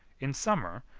in summer,